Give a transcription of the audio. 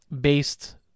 based